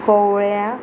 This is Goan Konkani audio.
कोवळ्या